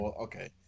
Okay